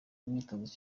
imyitozo